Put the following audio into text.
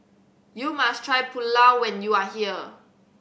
you must try Pulao when you are here